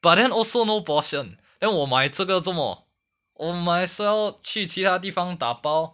but then also no portion then 我买这个做么我 might as well 去其它的地方打包